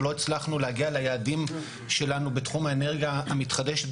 אנחנו נקיים עוד דיון על אנרגיה,